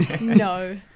No